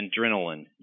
adrenaline